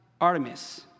Artemis